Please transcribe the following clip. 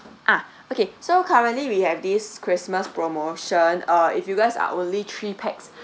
ah okay so currently we have this christmas promotion uh if you guys are only three pax